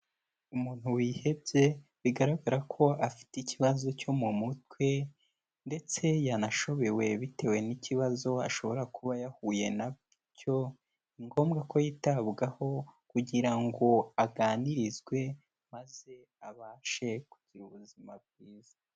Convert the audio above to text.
Umuntu wihebye bigaragara ko afite ikibazo cyo mu mutwe ndetse yanashobewe bitewe n'ikibazo ashobora kuba yahuye na cyo, ni ngombwa ko yitabwaho kugira ngo aganirizwe maze abashe kugira ubuzima bwiza.